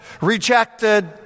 rejected